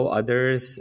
others